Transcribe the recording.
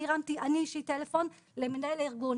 אני הרמתי אישית טלפון למנהל הארגון,